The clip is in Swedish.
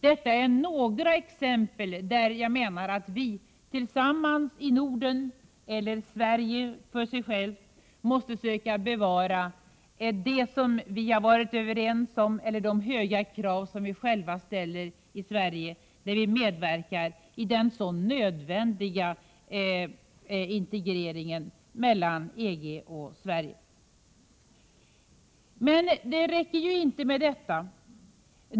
Detta är några exempel där jag menar att vi tillsammans i Norden eller endast i Sverige — när vi medverkar i den så nödvändiga integrationen mellan EG och Sverige — måste söka bevara det som vi har uppnått mellan länderna eller de höga krav som vi själva ställer i Sverige. Men det räcker inte med detta.